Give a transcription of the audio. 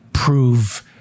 Prove